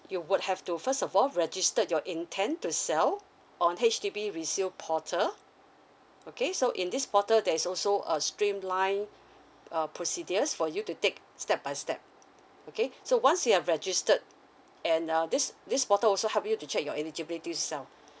you would have to first of all registered your intent to sell on H_D_B resell portal okay so in this portal there is also a streamline uh procedures for you to take step by step okay so once you have registered and uh this this portal also help you to check your eligibility to sell